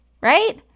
right